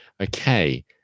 Okay